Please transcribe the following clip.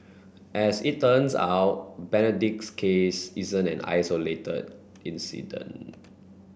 as it turns out Benedict's case isn't an isolated incident